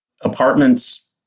Apartments